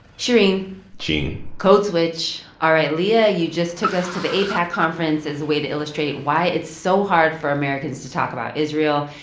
shereen gene code switch. all right, leah, you just took us to the aipac conference as a way to illustrate why it's so hard for americans to talk about israel.